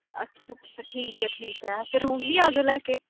ਅੱਛਾ ਅੱਛਾ ਠੀਕ ਹੈ ਠੀਕ ਹੈ ਫਿਰ ਹੁਣ ਵੀ ਆ ਜਾਓ ਲੈ ਕੇ